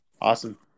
Awesome